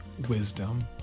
wisdom